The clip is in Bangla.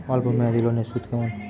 অল্প মেয়াদি লোনের সুদ কেমন?